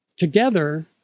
Together